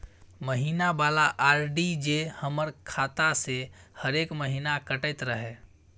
महीना वाला आर.डी जे हमर खाता से हरेक महीना कटैत रहे?